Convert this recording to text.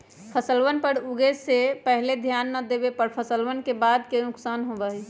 फसलवन पर उगे से पहले ध्यान ना देवे पर फसलवन के बाद के नुकसान होबा हई